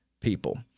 people